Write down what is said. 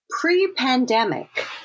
Pre-pandemic